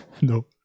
No